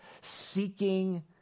Seeking